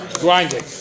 grinding